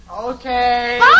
Okay